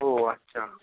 ও আচ্ছা